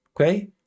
okay